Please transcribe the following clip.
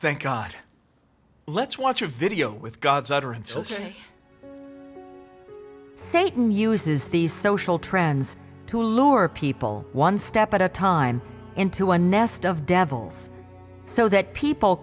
thank god lets watch a video with god's utterance which satan uses these social trends to lure people one step at a time into a nest of devils so that people